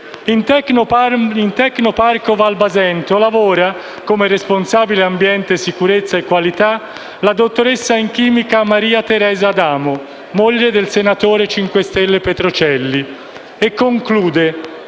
In Tecnoparco Valbasento lavora, come responsabile ambiente, sicurezza e qualità, la dottoressa in chimica Maria Teresa Adamo, moglie del senatore Petrocelli. E conclude: